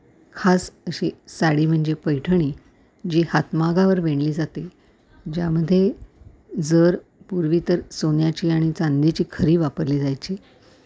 खास अशी साडी म्हणजे पैठणी जी हातमागावर विणली जाते ज्यामध्ये जर पूर्वी तर सोन्याची आणि चांदीची खरी वापरली जायची